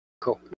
cool